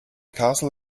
castle